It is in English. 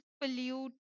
pollute